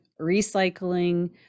recycling